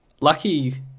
lucky